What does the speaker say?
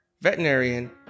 veterinarian